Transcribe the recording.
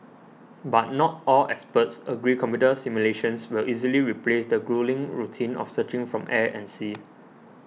but not all experts agree computer simulations will easily replace the gruelling routine of searching from air and sea